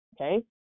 okay